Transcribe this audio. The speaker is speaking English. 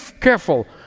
careful